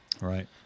Right